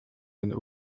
den